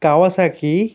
Kawasaki